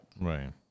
Right